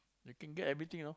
you can get everything know